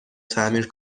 تعمیر